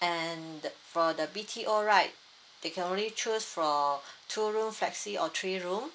and the for the B_T_O right they can only choose for two room flexi or three room